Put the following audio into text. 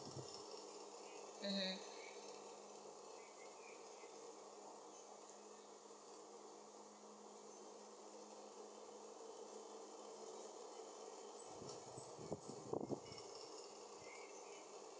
mmhmm